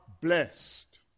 blessed